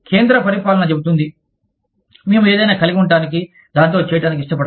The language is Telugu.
కేంద్ర పరిపాలన చెబుతుంది మేము ఏదైనా కలిగి ఉండటానికి దానితో చేయటానికి ఇష్టపడము